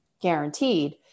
guaranteed